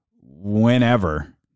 whenever